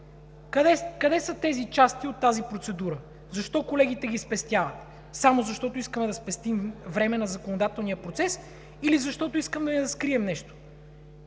Къде са тези части от тази процедура? Защо колегите ги спестяват? Защото искаме да спестим време на законодателния процес или защото искаме да скрием нещо?!